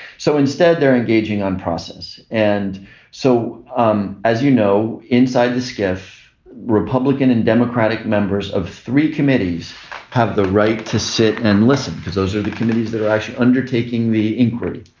so instead they're engaging on process. and so um as you know inside the skiff republican and democratic members of three committees have the right to sit and listen because those are the committees that are actually undertaking the inquiry.